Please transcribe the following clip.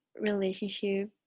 relationship